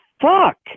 fuck